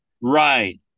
Right